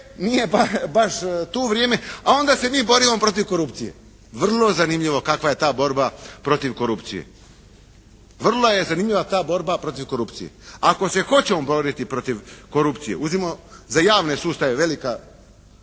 nije baš tu vrijeme, a onda se mi borimo protiv korupcije. Vrlo zanimljivo kakva je ta borba protiv korupcije. Vrlo je zanimljiva ta borba protiv korupcije. Ako se hoćemo boriti protiv korupcije, uzmimo za javne sustave velika